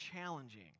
challenging